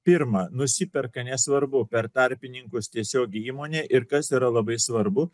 pirma nusiperka nesvarbu per tarpininkus tiesiogiai įmonę ir kas yra labai svarbu